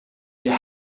your